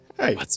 Hey